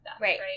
Right